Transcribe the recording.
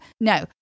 No